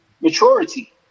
maturity